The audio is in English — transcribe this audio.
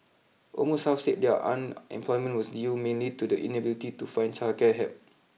almost half said their unemployment was due mainly to the inability to find childcare help